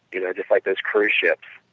you know, just like those crew ships,